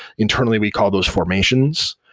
internally, we call those formations.